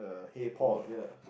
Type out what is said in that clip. K pop ya